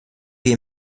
wie